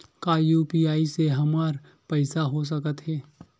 का यू.पी.आई से हमर पईसा हो सकत हे?